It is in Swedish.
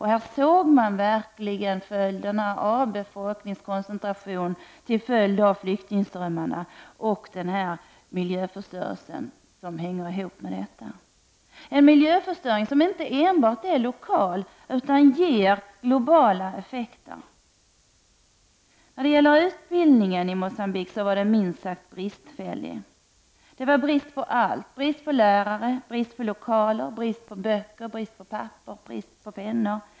Här såg man verkligen sambandet mellan flyktingströmmarna, befolkningskoncentrationerna och miljöförstörelsen — en miljöförstörelse som inte enbart är lokal utan som ger globala effekter. Utbildningen i Mogambique var minst sagt bristfällig. Det var brist på allt — brist på lärare, brist på lokaler, brist på böcker, papper och pennor.